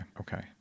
Okay